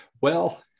Well-